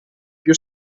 più